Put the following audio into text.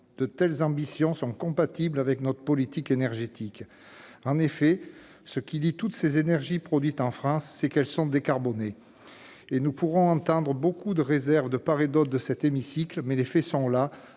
De telles ambitions sont compatibles avec notre politique énergétique. En effet, ce qui lie toutes ces énergies produites en France, c'est qu'elles sont décarbonées. Nous allons entendre beaucoup de réserves de part et d'autre de cet hémicycle, mais les faits sont là